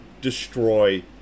destroy